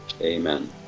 amen